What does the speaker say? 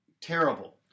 terrible